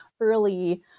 early